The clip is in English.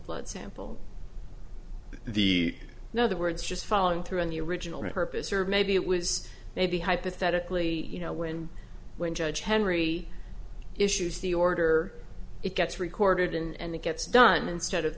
blood sample the now the words just following through on the original my purpose or maybe it was maybe hypothetically you know when when judge henry issues the order it gets recorded and the gets done instead of